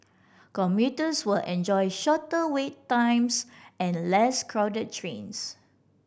commuters will enjoy shorter wait times and less crowded trains